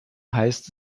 heißt